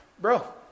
Bro